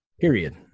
period